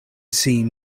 seem